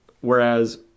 Whereas